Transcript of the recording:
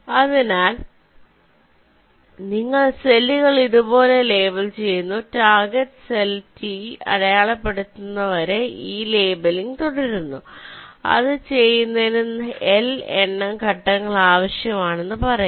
അതിനാൽ നിങ്ങൾ സെല്ലുകൾ ഇതുപോലെ ലേബൽ ചെയ്യുന്നു ടാർഗെറ്റ് സെൽ T അടയാളപ്പെടുത്തുന്നതുവരെ ഈ ലേബലിംഗ് തുടരുന്നു അത് ചെയ്യുന്നതിന് L എണ്ണം ഘട്ടങ്ങൾ ആവശ്യമാണെന്ന് പറയുക